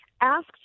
asked